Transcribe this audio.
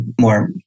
more